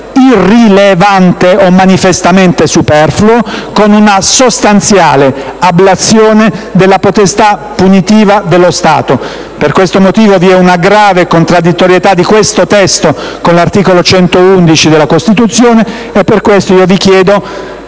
irrilevante o manifestamente superfluo, con una sostanziale ablazione della potestà punitiva dello Stato. Per questo motivo sussiste una grave contraddittorietà di questo testo con l'articolo 111 della Costituzione, e quindi chiedo